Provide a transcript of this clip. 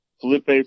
Felipe